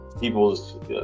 people's